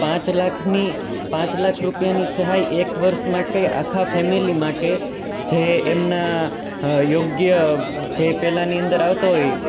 પાંચ લાખની પાંચ લાખ રૂપિયાની સહાય એક વર્ષ માટે આખા ફેમિલી માટે જે એમના યોગ્ય જે પેલાની અંદર આવતા હોય